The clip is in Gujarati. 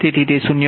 તેથી તે 0